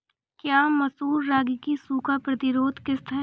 क्या मसूर रागी की सूखा प्रतिरोध किश्त है?